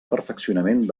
perfeccionament